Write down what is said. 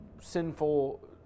sinful